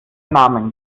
namen